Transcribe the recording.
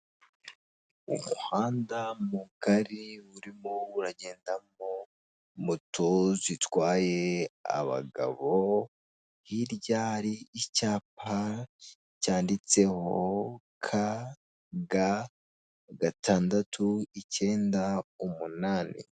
Umuhanda mugari urimo uragendamo moto zitwaye abagabo, hirya hari icyapa cyanditseho ka, ga, gatandatu, icyenda, umunani.